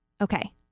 Okay